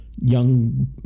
young